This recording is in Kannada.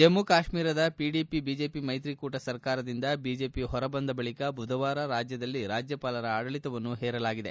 ಜಮ್ನು ಕಾಶ್ಮೀರದ ಪಿಡಿಪಿ ಬಿಜೆಪಿ ಮೈತ್ರಿ ಕೂಟ ಸರ್ಕಾರದಿಂದ ಬಿಜೆಪಿ ಹೊರ ಬಂದ ಬಳಿಕ ಬುಧವಾರ ರಾಜ್ಯದಲ್ಲಿ ರಾಜ್ಯಪಾಲರ ಆಡಳಿತವನ್ನು ಹೇರಲಾಗಿದೆ